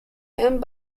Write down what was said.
and